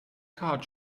card